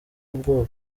ubwoba